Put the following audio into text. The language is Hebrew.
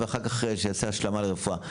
ואחר כך שיעשה השלמה לרפואה.